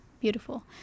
beautiful